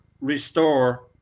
restore